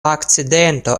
akcidento